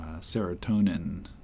serotonin